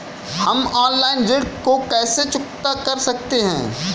हम ऑनलाइन ऋण को कैसे चुकता कर सकते हैं?